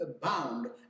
bound